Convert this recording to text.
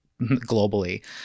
globally